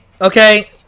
okay